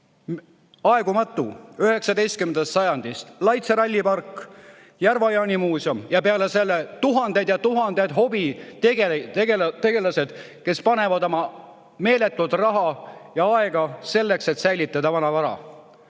aegumatu. LaitseRallyPark, Järva-Jaani muuseum ja peale selle tuhanded ja tuhanded hobitegelased, kes panustavad meeletult raha ja aega selleks, et säilitada vanavara.